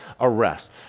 arrest